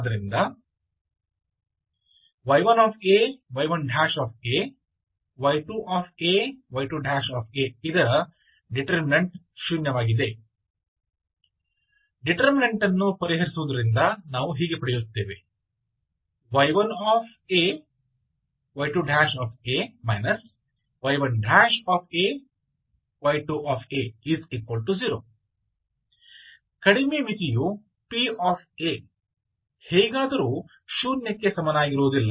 ಆದ್ದರಿಂದ ಡಿಟರ್ಮಿನಂಟನ್ನು ಪರಿಹರಿಸುವುದರಿಂದ ನಾವು ಹೀಗೆ ಪಡೆಯುತ್ತೇವೆ y1 ay2a y1 ay2a0 ಕಡಿಮೆ ಮಿತಿಯು pa ಹೇಗಾದರೂ ಶೂನ್ಯಕ್ಕೆ ಸಮನಾಗಿರುವುದಿಲ್ಲ